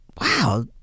wow